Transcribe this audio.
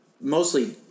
mostly